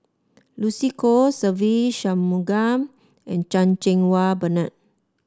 Lucy Koh Se Ve Shanmugam and Chan Cheng Wah Bernard